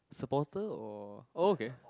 supporter or oh okay